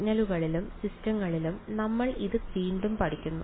സിഗ്നലുകളിലും സിസ്റ്റങ്ങളിലും നമ്മൾ ഇത് വീണ്ടും പഠിക്കുന്നു